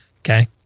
Okay